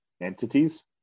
entities